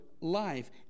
Life